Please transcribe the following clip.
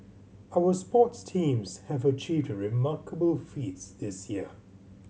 our sports teams have achieved remarkable feats this year